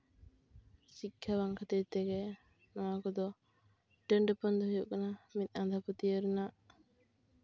ᱥᱤᱠᱠᱷᱟ ᱵᱟᱝ ᱠᱷᱟᱹᱛᱤᱨ ᱛᱮᱜᱮ ᱚᱱᱟ ᱠᱚᱫᱚ ᱰᱟᱹᱱ ᱰᱟᱹᱯᱟᱹᱱ ᱫᱚ ᱦᱩᱭᱩᱜ ᱠᱟᱱᱟ ᱢᱤᱫ ᱟᱸᱫᱷᱟ ᱯᱟᱹᱛᱭᱟᱹᱣ ᱨᱮᱱᱟᱜ